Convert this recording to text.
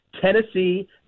Tennessee